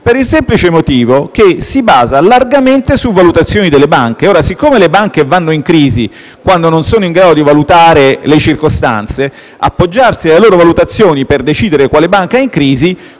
per il semplice motivo che si basa largamente su valutazioni delle banche. Siccome le banche vanno in crisi quando non sono in grado di valutare le circostanze, appoggiarsi alle loro valutazioni per decidere quale banca è in crisi